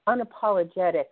unapologetic